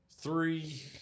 three